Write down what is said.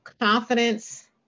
confidence